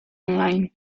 online